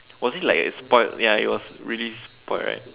was it like a spoiled ya it was really spoiled right